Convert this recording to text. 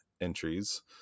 entries